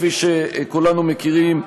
כפי שכולנו מכירים,